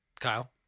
Kyle